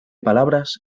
palabras